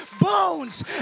bones